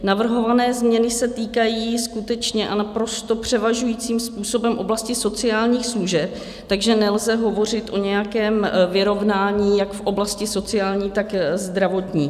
Navrhované změny se týkají skutečně a naprosto převažujícím způsobem oblasti sociálních služeb, takže nelze hovořit o nějakém vyrovnání jak v oblasti sociální, tak zdravotní.